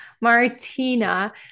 Martina